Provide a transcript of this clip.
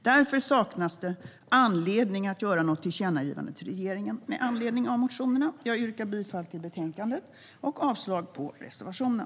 Därför saknas det anledning att göra något tillkännagivande till regeringen med anledning av motionerna. Jag yrkar bifall till utskottets förslag och avslag på reservationen.